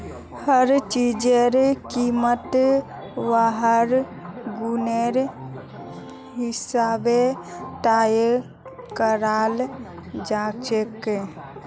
हर चीजेर कीमत वहार गुनेर हिसाबे तय कराल जाछेक